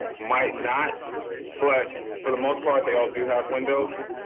might not but for the most part, they all do have windows.